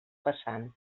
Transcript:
passant